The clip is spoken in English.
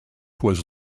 was